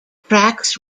tracks